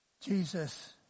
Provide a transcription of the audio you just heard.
Jesus